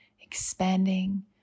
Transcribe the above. expanding